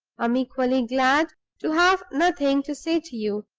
i am equally glad to have nothing to say to you,